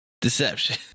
Deception